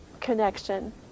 connection